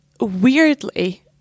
weirdly